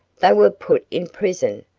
they were put in prison,